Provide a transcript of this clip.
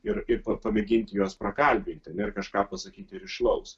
ir ir pa pamėginti juos prakalbinti na ir kažką pasakyti rišlaus